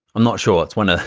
i'm not sure, it's one of